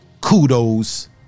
kudos